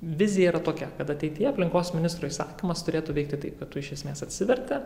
vizija yra tokia kad ateityje aplinkos ministro įsakymas turėtų veikti taip kad tu iš esmės atsiverti